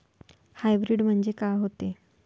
Hybrid म्हनजे का होते?